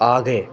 आगे